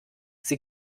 sie